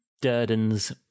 Durden's